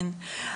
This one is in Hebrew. כן.